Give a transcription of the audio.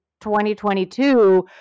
2022